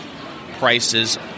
prices